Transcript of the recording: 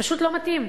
פשוט לא מתאים.